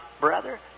brother